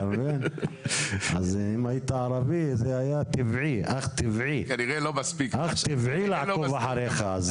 אם היית ערבי, זה היה אך טובעי לעקוב אחריך.